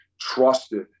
trusted